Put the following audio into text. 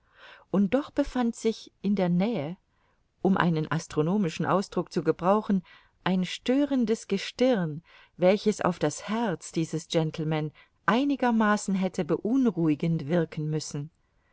und doch befand sich in der nähe um einen astronomischen ausdruck zu gebrauchen ein störendes gestirn welches auf das herz dieses gentleman einigermaßen hätte beunruhigend wirken müssen